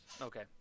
Okay